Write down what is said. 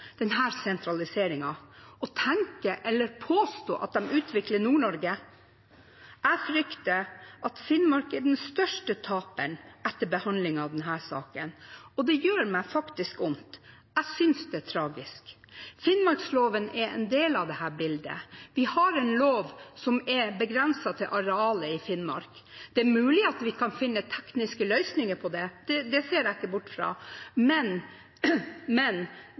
den største taperen etter behandlingen av denne saken, og det gjør meg faktisk vondt. Jeg synes det er tragisk. Finnmarksloven er en del av dette bildet. Vi har en lov som er begrenset til arealet i Finnmark. Det er mulig at vi kan finne tekniske løsninger på det, det ser jeg ikke bort fra, men det vil komplisere det hele. Jeg tror ikke at noe blir endret gjennom denne debatten, for flertallet bruker sin makt. Men